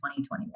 2021